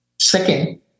Second